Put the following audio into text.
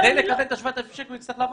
כדי לקבל את ה-7,000 שקל, הוא יצטרך להציג: